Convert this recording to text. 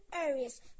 areas